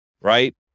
right